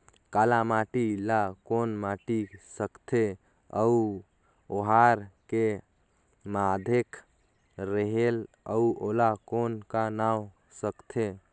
काला माटी ला कौन माटी सकथे अउ ओहार के माधेक रेहेल अउ ओला कौन का नाव सकथे?